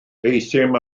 euthum